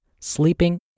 sleeping